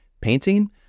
Painting